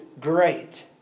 great